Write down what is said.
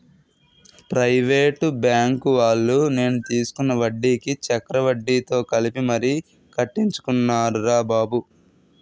private బాంకువాళ్ళు నేను తీసుకున్న వడ్డీకి చక్రవడ్డీతో కలిపి మరీ కట్టించుకున్నారురా బాబు